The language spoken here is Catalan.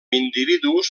individus